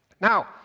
Now